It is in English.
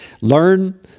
Learn